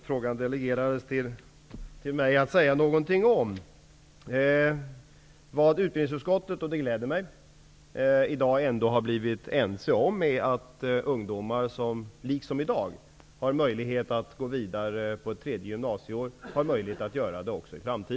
Fru talman! Det delegerades till mig att säga någonting med anledning av Lena Hjelm-Walléns fråga. Vad utbildningsutskottet i dag ändå har blivit ense om -- och det gläder mig -- är att ungdomar också i framtiden, liksom i dag, har möjlighet att gå vidare på ett tredje gymnasieår.